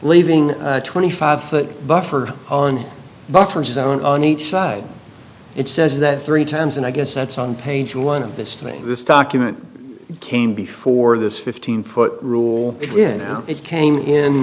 leaving twenty five foot buffer on buffer zone on each side it says that three times and i guess that's on page one of this thing this document came before this fifteen foot rule it out it came in